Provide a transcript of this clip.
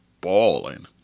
balling